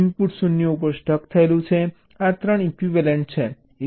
input 0 ઉપર stuck થયેલું છે આ 3 ઇક્વિવેલન્ટ છે